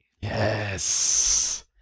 Yes